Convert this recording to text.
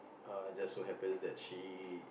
uh just so happens that she